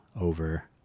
over